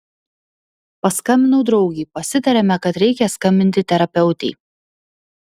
paskambinau draugei pasitarėme kad reikia skambinti terapeutei